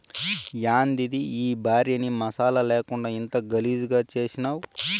యాందిది ఈ భార్యని మసాలా లేకుండా ఇంత గలీజుగా చేసినావ్